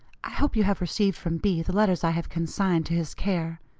i hope you have received from b. the letters i have consigned to his care.